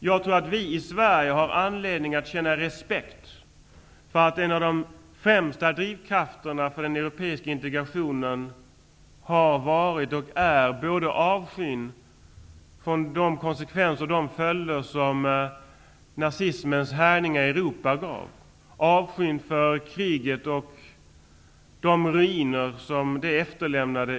Jag tror att vi i Sverige har anledning att känna respekt för att en av de främsta drivkrafterna för en europeisk integration har varit och är avskyn för följderna av nazismens härjningar i Europa, för kriget och de ruiner som detta efterlämnade.